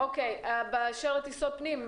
גם באשר לטיסות פנים.